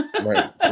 Right